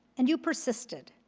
and you persisted,